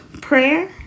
Prayer